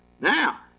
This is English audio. Now